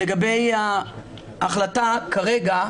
לגבי ההחלטה כרגע,